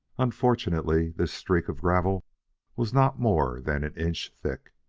unfortunately, this streak of gravel was not more than an inch thick.